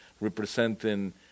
representing